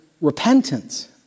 repentance